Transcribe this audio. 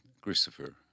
Christopher